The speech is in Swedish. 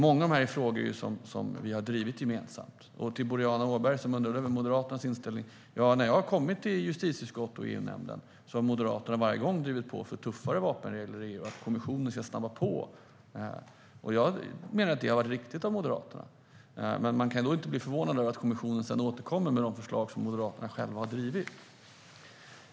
Många av de frågorna har vi drivit gemensamt. Boriana Åberg undrade över Moderaternas inställning. När jag har kommit till justitieutskottet och EU-nämnden har Moderaterna varje gång drivit på för tuffare vapenregler i EU, för att kommissionen ska snabba på. Jag menar att det har varit riktigt av Moderaterna. Men då kan man inte bli förvånad över att kommissionen återkommer med de förslag som Moderaterna själva har drivit.